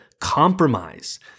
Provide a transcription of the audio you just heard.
compromise